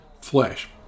flesh